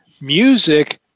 Music